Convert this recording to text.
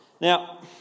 Now